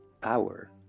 power